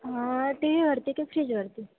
हां टी व्हीवरती की फ्रीजवरती